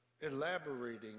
elaborating